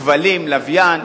כבלים, לוויין,